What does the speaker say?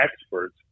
experts